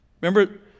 Remember